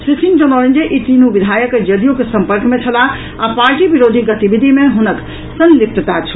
श्री सिंह जनौलनि जे ई तीनू विधायक जदयूक संपर्क मे छलाह आ पार्टी विरोधी गतिविधि मे हुनक संलिप्तता छल